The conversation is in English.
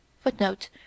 FOOTNOTE